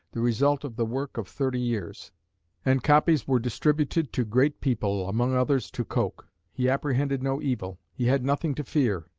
the result of the work of thirty years and copies were distributed to great people, among others to coke. he apprehended no evil he had nothing to fear,